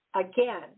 Again